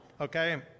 okay